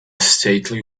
stately